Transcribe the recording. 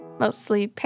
mostly